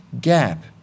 gap